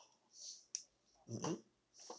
mmhmm